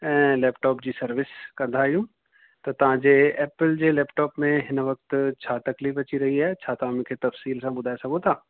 ऐं लैप्टॉप जी सर्विस कंदा आहियूं त तव्हांजे एपल जे लैप्टॉप में हिन वक़्ति छा तकलीफ़ अची रही आहे छा तव्हां मूंखे तफ़सील सां ॿुधाए सघो था